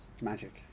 magic